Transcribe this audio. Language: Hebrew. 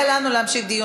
תודה,